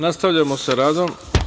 Nastavljamo sa radom.